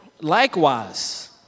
Likewise